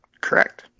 Correct